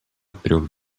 трьох